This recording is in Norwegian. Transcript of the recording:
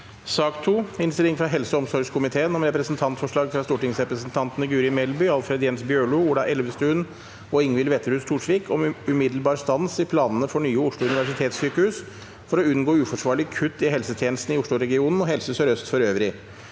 Innstilling fra helse- og omsorgskomiteen om Repre- sentantforslag fra stortingsrepresentantene Guri Melby, Alfred Jens Bjørlo, Ola Elvestuen og Ingvild Wetrhus Thorsvik om umiddelbar stans i planene for nye Oslo universitetssykehus for å unngå uforsvarlige kutt i helse- tjenestene i Oslo-regionen og Helse Sør-Øst for øvrig